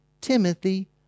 Timothy